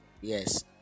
Yes